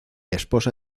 esposa